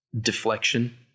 deflection